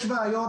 יש בעיות,